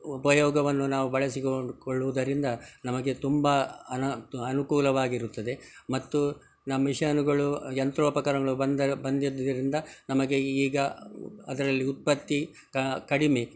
ಉಪಯೋಗವನ್ನು ನಾವು ಬಳಸಿಕೊಂಡು ಕೊಳ್ಳುವುದರಿಂದ ನಮಗೆ ತುಂಬ ಅನಾ ತು ಅನುಕೂಲವಾಗಿರುತ್ತದೆ ಮತ್ತು ನಮ್ಮ ಮಿಷನುಗಳು ಯಂತ್ರೋಪಕರಣಗಳು ಬಂದು ಬಂದಿದ್ದರಿಂದ ನಮಗೆ ಈಗ ಅದರಲ್ಲಿ ಉತ್ಪತ್ತಿ ಕಡಿಮೆ